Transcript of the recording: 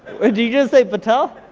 did you just say patel?